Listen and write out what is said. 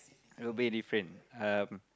it will be different um